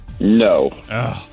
No